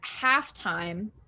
halftime